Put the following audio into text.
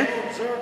זה הכול,